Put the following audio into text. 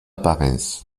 parens